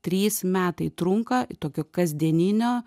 trys metai trunka tokio kasdieninio